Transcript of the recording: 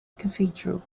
cathedral